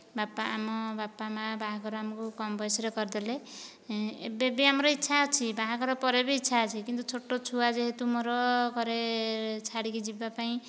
ବାପା ଆମ ବାପା ମା ବାହାଘର ଆମକୁ କମ ବୟସରୁ କରିଦେଲେ ଏବେ ବି ଆମର ଇଚ୍ଛା ଅଛି ବାହାଘର ପରେ ବି ଇଚ୍ଛା ଅଛି କିନ୍ତୁ ଛୋଟ ଛୁଆ ଯେହେତୁ ମୋର ଘରେ ଛାଡ଼ିକି ଯିବା ପାଇଁ